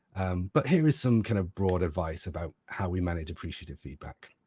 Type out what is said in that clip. but here is some kind of broad advice about how we manage appreciative feedback.